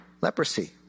leprosy